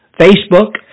Facebook